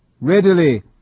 readily